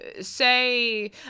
say